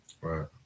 Right